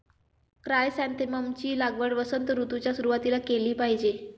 chrysanthemum ची लागवड वसंत ऋतूच्या सुरुवातीला केली पाहिजे